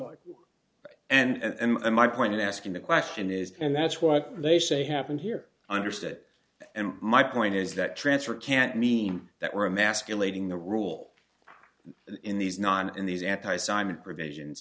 like and my point in asking the question is and that's what they say happened here understood and my point is that transfer can't mean that we're emasculating the rule in these non in these anti simon provisions